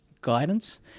guidance